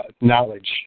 knowledge